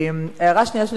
הערה שנייה, אני